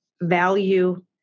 value